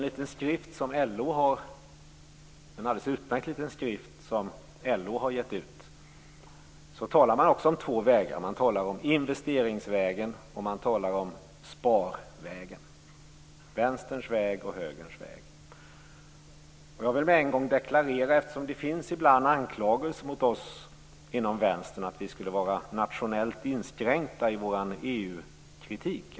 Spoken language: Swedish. I en alldeles utmärkt liten skrift som LO har gett ut talas det om två vägar. Man talar om investeringsvägen och om sparvägen - vänsterns väg och högerns väg. Ibland riktas det anklagelser mot oss i Vänstern - vi skulle vara nationellt inskränkta i vår EU-kritik.